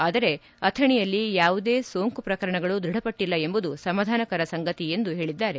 ಆದರೆ ಆಥಣಿಯಲ್ಲಿ ಯಾವುದೇ ಸೋಂಕು ಪ್ರಕರಣಗಳು ದೃಢಪಟ್ಟಲ್ಲ ಎಂಬುದು ಸಮಾಧಾನಕರ ಸಂಗತಿ ಎಂದು ಹೇಳಿದ್ದಾರೆ